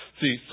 See